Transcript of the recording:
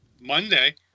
Monday